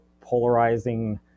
polarizing